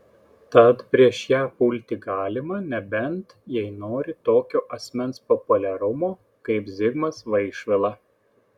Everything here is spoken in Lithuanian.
tad prieš ją pulti galima nebent jei nori tokio asmens populiarumo kaip zigmas vaišvila